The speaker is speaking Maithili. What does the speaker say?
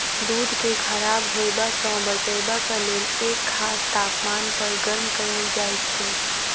दूध के खराब होयबा सॅ बचयबाक लेल एक खास तापमान पर गर्म कयल जाइत छै